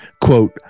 Quote